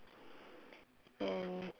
and